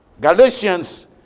Galatians